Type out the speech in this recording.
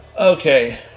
Okay